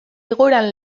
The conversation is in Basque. egoeran